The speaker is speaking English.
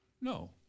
No